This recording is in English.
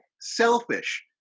selfish